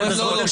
זה מה שנאמר פה,